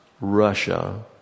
russia